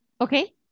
okay